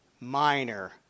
minor